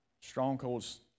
strongholds